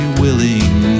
willing